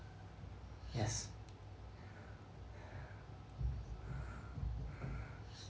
yes